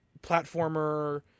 platformer